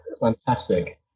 fantastic